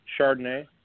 Chardonnay